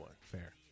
Fair